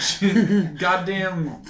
goddamn